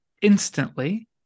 instantly